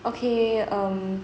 okay um